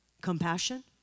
Compassion